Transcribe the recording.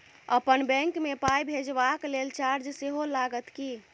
अप्पन बैंक मे पाई भेजबाक लेल चार्ज सेहो लागत की?